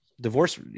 divorce